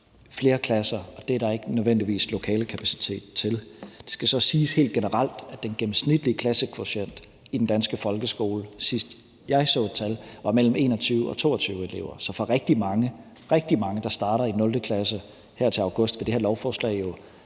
flere klasser, og det er der ikke nødvendigvis lokalekapacitet til. Det skal så siges helt generelt, at den gennemsnitlige klassekvotient i den danske folkeskole, sidst jeg så et tal, var mellem 21 og 22 elever. Så for rigtig mange, der starter i 0. klasse her til august, vil det her lovforslag